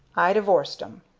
i divorced em.